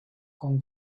con